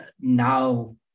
now